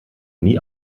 nie